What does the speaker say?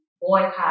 boycott